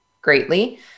greatly